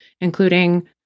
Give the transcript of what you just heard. including